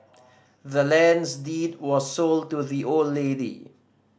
the land's deed was sold to the old lady